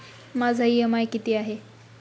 माझा इ.एम.आय किती आहे?